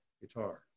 guitar